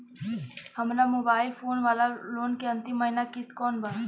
हमार mobile phone वाला loan के अंतिम महिना किश्त कौन बा?